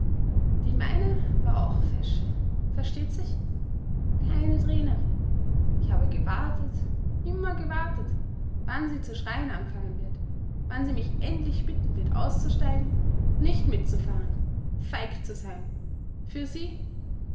die meine war auch fesch versteht sich keine träne ich habe gewartet immer gewartet wann sie zu schreien anfangen wird wann sie mich endlich bitten wird auszusteigen nicht mitzufahren feig zu sein für sie